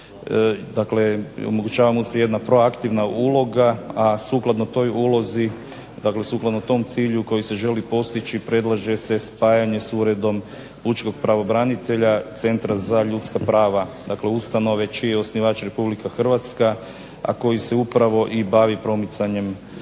dakle omogućava mu se jedna proaktivna uloga, a sukladno toj ulozi, dakle sukladno tom cilju koji se želi postići predlaže se spajanje s uredom pučkog pravobranitelja, centra za ljudska prava, dakle ustanove čiji je osnivač Republika Hrvatska, a koji se upravo i bavi promicanjem ljudskih